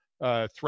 Threat